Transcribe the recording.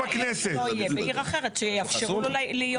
בעיר אחרת שיאפשרו לו להיות.